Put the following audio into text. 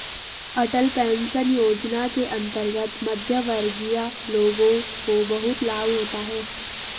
अटल pension Yojana के अंतर्गत मध्यमवर्गीय लोगों को बहुत लाभ होता है